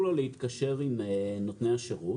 להתקשר עם נותני השירות,